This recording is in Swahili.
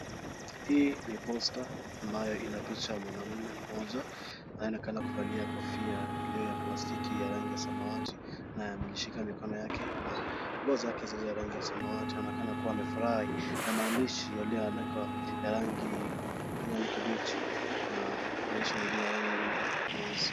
Hii ni posta ambayo ina picha ya mwanaume mmoja ambaye anaonekana kuvaa kofia iliyo ya plastiki ya rangi ya plastiki na amejishika mikono yake na nguo zake zilizo za rangi ya samawati. Anaonekana kuwa amefurahi maandishi yalioko ya rangi ya kijani kibichi na maelezo mengine ya rangi nyeusi.